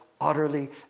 Utterly